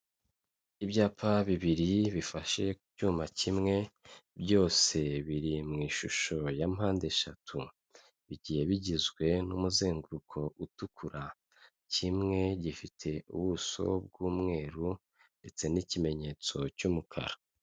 Ibyapa bibiri bifashe ku cyuma kimwe, byose biri mu ishusho ya mpandeshatu bigiye bigizwe n'umuzenguruko utukura, kimwe gifite ubuso bw'umweru ndetse n'ikimenyetso cy'umukara.